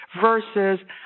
versus